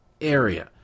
area